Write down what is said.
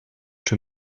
czy